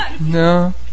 No